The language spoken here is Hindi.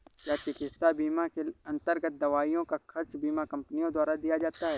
क्या चिकित्सा बीमा के अन्तर्गत दवाइयों का खर्च बीमा कंपनियों द्वारा दिया जाता है?